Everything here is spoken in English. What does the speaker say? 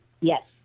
Yes